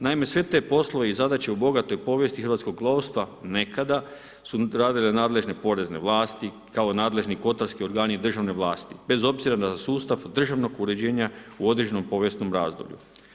Naime, sve te poslove i zadaće u bogatoj povijesti hrvatskog lovstva nekada su radile nadležne porezne vlasti kao nadležni kotarski organi državne vlasti, bez obzira na sustav državnog uređena u određenom povijesnom razdoblju.